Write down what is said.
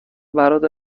برات